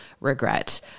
regret